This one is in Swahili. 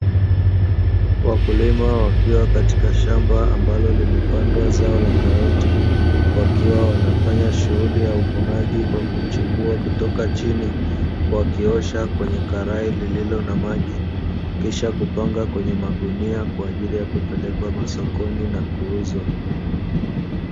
Wakulima wakiwa katika shamba ambalo limepandwa zao la karoti wakiwa wanafanya zoezi la uvunaji kwa kuchimbua kutoka chini huku wakiosha kwenye karai lililo na maji kisha kupangwa kwenye magunia kwa ajili ya kupelekwa masokoni na kuuzwa.